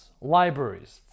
libraries